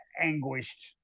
anguished